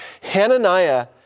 Hananiah